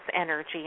energy